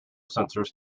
sensors